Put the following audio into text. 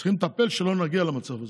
צריכים לטפל שלא נגיע למצב הזה.